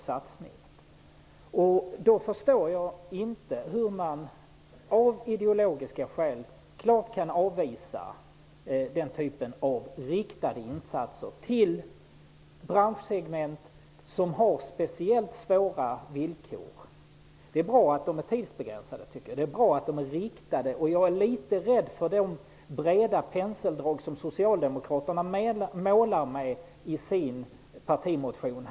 Därför förstår jag inte hur man av ideologiska skäl klart kan avvisa denna typ av riktade insatser till branschsegment som har speciellt svåra villkor. Det är bra att insatserna är riktade och tidsbegränsade. Jag är litet rädd för de breda penseldrag som Socialdemokraterna målar med i sin partimotion.